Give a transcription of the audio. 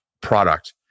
product